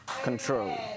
control